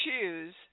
choose